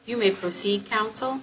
you may proceed counsel